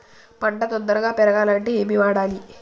పంట తొందరగా పెరగాలంటే ఏమి వాడాలి?